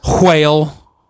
Whale